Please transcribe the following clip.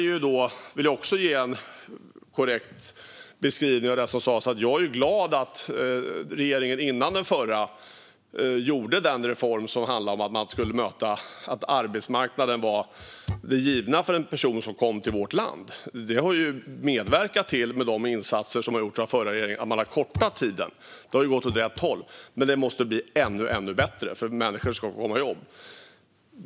Jag vill ge en korrekt beskrivning av det som sas. Jag är glad att regeringen innan den förra regeringen gjorde den reform som handlade om att arbetsmarknaden var det givna för en person som kom till vårt land. Det har medverkat till de insatser som gjordes av den förra regeringen där man har kortat tiden. Det har gått åt rätt håll. Men det måste bli ännu bättre. Människor ska komma i jobb.